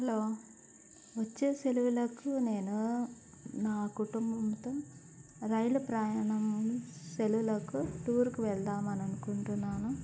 hello వచ్చే సెలవులకు నేను నా కుటుంబంతో రైలు ప్రయాణం సెలవులకు టూర్కి వెళ్దామనుకుంటున్నాను